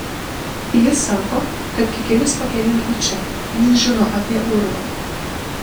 jis sako kad kikilis pakeliui į čia jis žino apie urvą